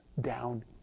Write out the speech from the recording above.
down